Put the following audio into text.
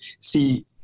see –